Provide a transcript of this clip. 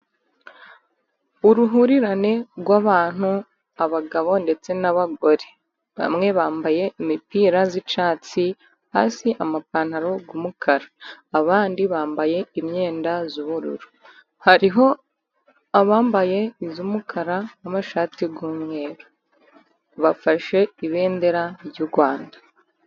Uruhurirane rw'abantu abagabo ndetse n'abagore bamwe bambaye imipira y'icyatsi hasi amapantaro y'umukara, abandi bambaye imyenda y'ubururu hariho abambaye iy'umukara n'amashati y'umweru, bafashe ibendera ry'u Rwanda.